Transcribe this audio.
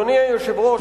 אדוני היושב-ראש,